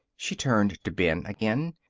she turned to ben again.